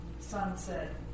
sunset